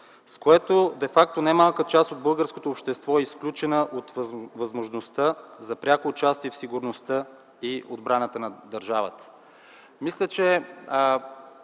с което де факто немалка част от българското общество е изключена от възможността за пряко участие в сигурността и отбраната на държавата”.